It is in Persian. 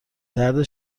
درد